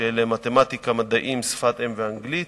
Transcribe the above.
של מתמטיקה, מדעים, שפת אם ואנגלית,